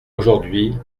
aujourd’hui